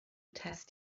test